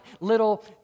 little